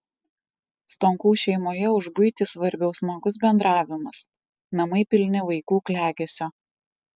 stonkų šeimoje už buitį svarbiau smagus bendravimas namai pilni vaikų klegesio